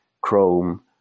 Chrome